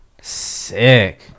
sick